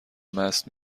مست